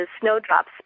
snowdrops